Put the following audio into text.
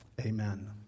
Amen